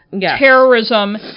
terrorism